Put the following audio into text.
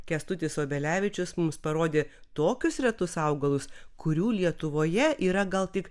kęstutis obelevičius mums parodė tokius retus augalus kurių lietuvoje yra gal tik